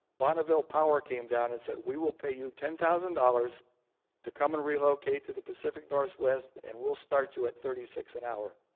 bonneville power came down and said, we will pay you ten thousand dollars to come and relocate to the pacific northwest, and we'll start you at thirty six and point